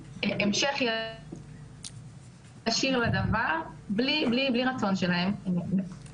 ואני חושבת שחוץ מזה גם כשיצאתי מהבית,